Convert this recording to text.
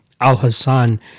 Al-Hassan